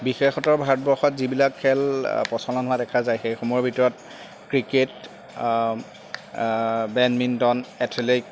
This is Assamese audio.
বিশেষতৰ ভাৰতবৰ্ষত যিবিলাক খেল প্ৰচলন হোৱা দেখা যায় সেইসমূহৰ ভিতৰত ক্ৰিকেট বেডমিণ্টন এথলেক